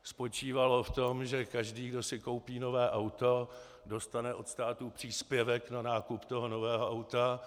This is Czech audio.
Spočívalo v tom, že každý, kdo si koupí nové auto, dostane od státu příspěvek na nákup toho nového auta.